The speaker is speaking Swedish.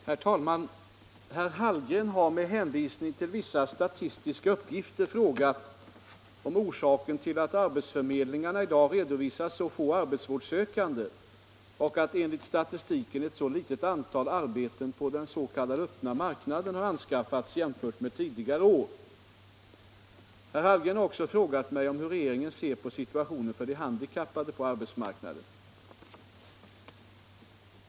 92, och anförde: Herr talman! Herr Hallgren har med hänvisning till vissa statistiska uppgifter frågat om orsaken till att arbetsförmedlingarna i dag redovisar så få arbetsvårdssökande och att enligt statistiken ett så litet antal arbeten på den s.k. öppna marknaden har anskaffats jämfört med tidigare år. Herr Hallgren har också frågat mig om hur regeringen ser på situationen Om de handikappades situation på arbetsmarknaden Om de handikappades situation på arbetsmarknaden för de handikappade på arbetsmarknaden.